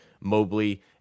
Mobley